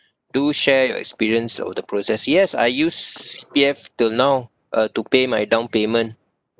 do share your experience of the process yes I use C_P_F till now uh to pay my down payment